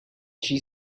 she